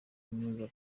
kaminuza